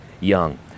young